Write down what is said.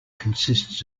consists